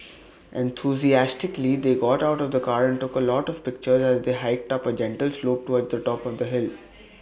enthusiastically they got out of the car and took A lot of pictures as they hiked up A gentle slope towards the top of the hill